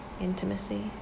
intimacy